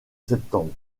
septembre